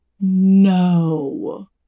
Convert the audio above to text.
No